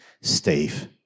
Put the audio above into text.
Steve